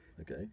okay